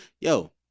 yo